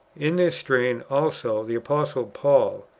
in this strain also the apostle paul,